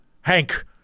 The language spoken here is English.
Hank